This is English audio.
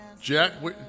Jack